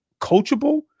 coachable